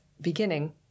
beginning